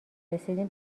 رسیدیم